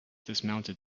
dismounted